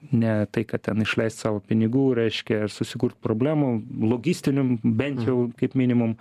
ne tai kad ten išleist savo pinigų reiškia ir susikurt problemų logistinių bent jau kaip minimum